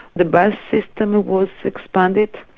the bus system ah was expanded,